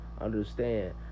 understand